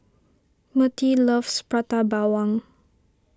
Mertie loves Prata Bawang